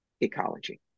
ecology